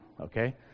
okay